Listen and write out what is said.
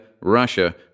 Russia